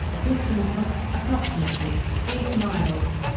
a distance of, approximately, eight miles.